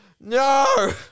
No